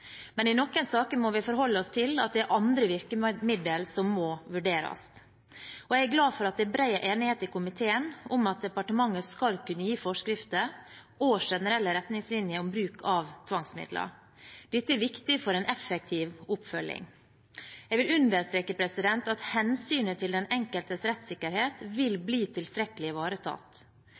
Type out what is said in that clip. men i noen saker må vi forholde oss til at det er andre virkemidler som må vurderes. Jeg er glad for at det er bred enighet i komiteen om at departementet skal kunne gi forskrifter og generelle retningslinjer om bruk av tvangsmidler. Dette er viktig for en effektiv oppfølging. Jeg vil understreke at hensynet til den enkeltes rettssikkerhet vil bli tilstrekkelig ivaretatt.